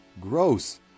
Gross